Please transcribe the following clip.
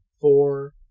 four